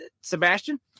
Sebastian